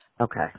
Okay